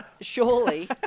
surely